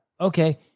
Okay